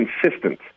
consistent